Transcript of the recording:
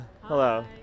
Hello